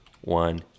one